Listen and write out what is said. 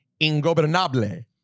Ingobernable